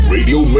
Radio